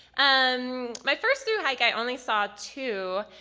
um my first thru-hike i only saw two,